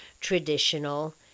traditional